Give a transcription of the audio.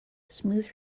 smooth